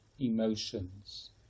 emotions